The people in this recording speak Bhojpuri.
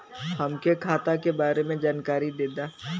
हमके खाता के बारे में जानकारी देदा?